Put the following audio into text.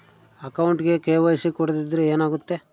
ಅಕೌಂಟಗೆ ಕೆ.ವೈ.ಸಿ ಕೊಡದಿದ್ದರೆ ಏನಾಗುತ್ತೆ?